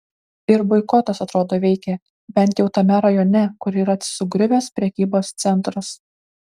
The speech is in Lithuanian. ir boikotas atrodo veikia bent jau tame rajone kur yra sugriuvęs prekybos centras